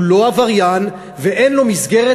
הוא לא עבריין ואין לו מסגרת,